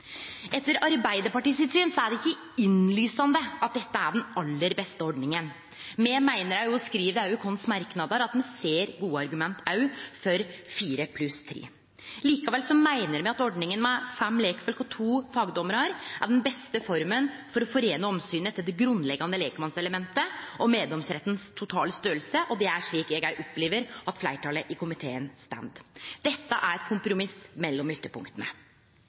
Etter Arbeidarpartiets syn er det ikkje innlysande at dette er den aller beste ordninga. Me meiner – og skriv det òg i merknadane våre – at me ser gode argument òg for fire pluss tre. Likevel meiner me at ordninga med fem lekfolk og to fagdommarar er den beste forma for å forene omsynet til det grunnleggjande lekmannselementet og meddomsrettens totale størrelse, og det er slik eg opplever at fleirtalet i komiteen står. Dette er eit kompromiss mellom